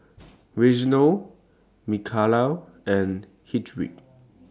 Reginal Micaela and Hedwig